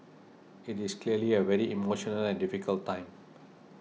it is clearly a very emotional and difficult time